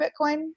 bitcoin